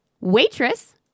Waitress